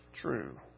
true